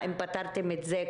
האם פתרתם את זה,